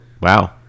wow